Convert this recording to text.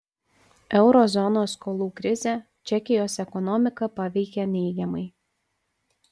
euro zonos skolų krizė čekijos ekonomiką paveikė neigiamai